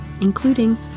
including